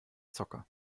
zocker